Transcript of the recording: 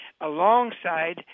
alongside